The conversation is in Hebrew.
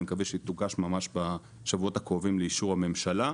ואני מקווה שהיא תוגש ממש בשבועות הקרובים לאישור הממשלה,